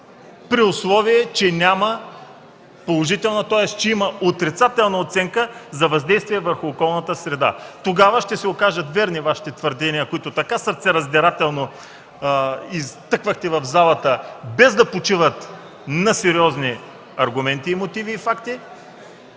при условие че има отрицателна оценка за въздействие върху околната среда. Тогава ще се окажат верни Вашите твърдения, които така сърцераздирателно изтъквате в залата, без да почиват на сериозни аргументи, мотиви и факти